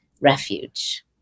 refuge